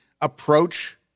approach